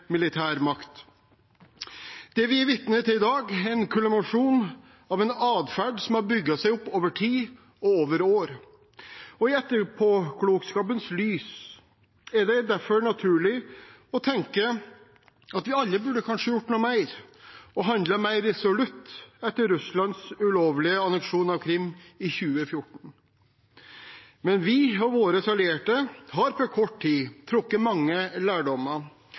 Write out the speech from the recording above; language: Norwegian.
Det vi er vitne til i dag, er en kulminasjon av en adferd som har bygget seg opp over tid, og over år. I etterpåklokskapens lys er det derfor naturlig å tenke at vi alle kanskje burde gjort noe mer, og handlet mer resolutt etter Russlands ulovlige anneksjon av Krim i 2014. Men vi, og våre allierte, har på kort tid trukket mange lærdommer,